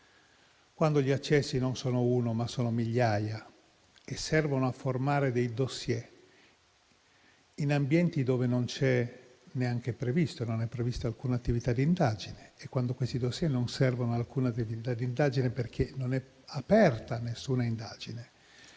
Quando gli accessi non sono uno, ma sono migliaia e servono a formare dei *dossier*, in ambienti dove non è neanche prevista alcuna attività di indagine, quando questi *dossier* non servono ad alcuna attività di indagine perché non è aperta alcuna indagine